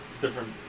different